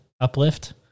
uplift